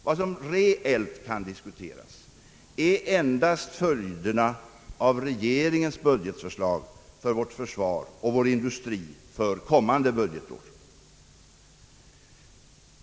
Vad som reellt kan diskuteras är endast följderna av regeringens budgetförslag för vårt försvar och vår indu stri för kommande budgetår.